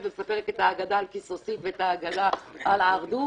ומספרת את האגדה על קיסוסית ואת האגדה על ההרדוף.